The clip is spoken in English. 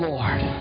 Lord